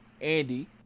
Andy